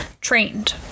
trained